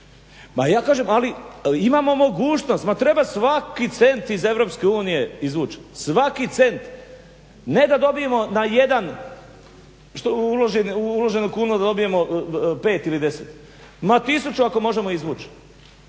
Ma ja kažem, ali imamo mogućnost. Ma treba svaki cent iz EU izvuč, svaki cent ne da dobijemo na jedan uloženu kunu da dobijemo 5 ili 10. Ma 1000 ako možemo izvući.